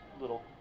little